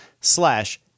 slash